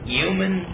human